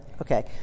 okay